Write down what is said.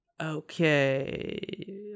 Okay